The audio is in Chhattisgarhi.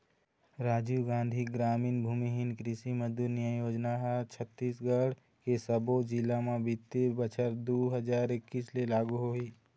राजीव गांधी गरामीन भूमिहीन कृषि मजदूर न्याय योजना ह छत्तीसगढ़ के सब्बो जिला म बित्तीय बछर दू हजार एक्कीस ले लागू होही